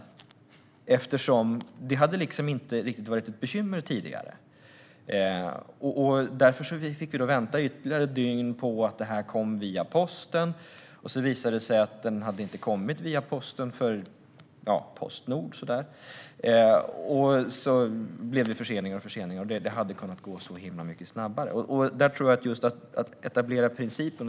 Detta hade inte varit ett bekymmer tidigare. Därför fick vi vänta ytterligare på att blanketten kom via posten. Det hade dessutom blivit förseningar på grund av Postnord. Men detta hade kunnat gå så mycket snabbare. Jag tror att det handlar om att etablera principer.